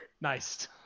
Nice